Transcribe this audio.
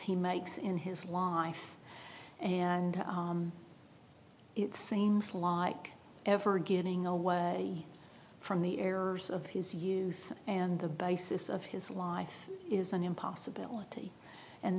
he makes in his life and it seems like ever getting away from the errors of his youth and the basis of his life is an impossibility and